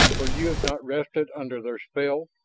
for you have not rested under their spell,